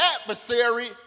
adversary